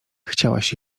chciałaś